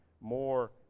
More